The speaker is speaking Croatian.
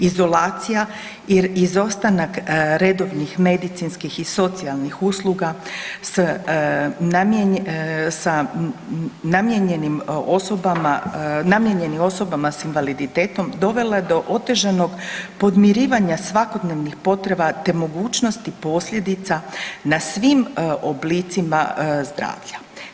Izolacija i izostanak redovnih medicinskih i socijalnih usluga sa namijenjenim, namijenjenim osobama s invaliditetom dovela je do otežanog podmirivanja svakodnevnih potreba te mogućnosti posljedica na svim oblicima zdravlja.